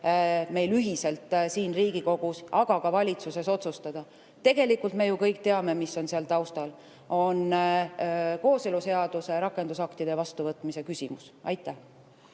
meil ühiselt siin Riigikogus, aga ka valitsuses, otsustada. Tegelikult me kõik ju teame, mis selle taustal on – kooseluseaduse rakendusaktide vastuvõtmise küsimus. Aitäh